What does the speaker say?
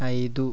ఐదు